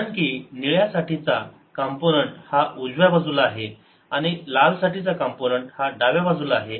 कारण की निळ्या साठीचा कॉम्पोनन्ट हा उजव्या बाजूला आहे आणि लाल साठीचा कॉम्पोनन्ट हा डाव्या बाजूला आहे